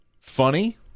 funny